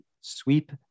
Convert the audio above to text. sweep